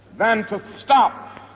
than to stop